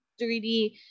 3D